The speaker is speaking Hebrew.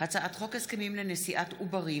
הצעת חוק הסכמים לנשיאת עוברים